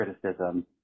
criticism